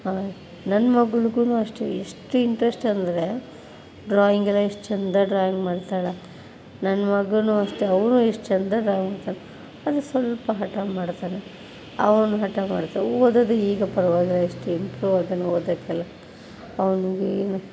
ನನ್ನ ಮಗಳ್ಗುನೂ ಅಷ್ಟೆ ಎಷ್ಟು ಇಂಟ್ರೆಸ್ಟ್ ಅಂದರೆ ಡ್ರಾಯಿಂಗ್ ಎಲ್ಲ ಎಷ್ಟು ಚಂದ ಡ್ರಾಯಿಂಗ್ ಮಾಡ್ತಾಳೆ ನನ್ನ ಮಗನೂ ಅಷ್ಟೆ ಅವನು ಎಷ್ಟು ಚಂದ ಡ್ರಾಯಿಂಗ್ ಮಾಡ್ತಾನೆ ಆದರೆ ಸ್ವಲ್ಪ ಹಠ ಮಾಡ್ತಾನೆ ಅವನು ಹಠ ಮಾಡ್ತಾನೆ ಓದೋದು ಈಗ ಪರವಾಗಿಲ್ಲ ಎಷ್ಟು ಇಂಪ್ರೂವ್ ಇದಾನ ಓದೋಕ್ಕೆಲ್ಲ ಅವನಿಗೇನು